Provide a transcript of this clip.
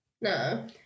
No